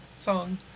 song